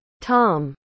Tom